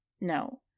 No